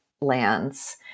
lands